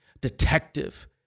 detective